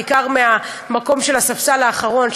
בעיקר מהמקום של הספסל האחרון,